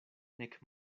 nek